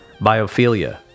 biophilia